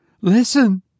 Listen